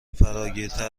فراگیرتر